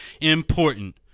important